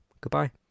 Goodbye